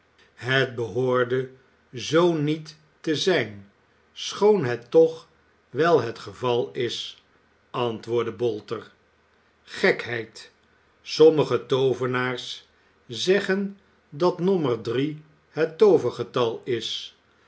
het behoorde zoo niet te zijn schoon het toch wel het geval is antwoordde bolter gekheid sommige too venaars zeggen dat nommer drie het toovergetal is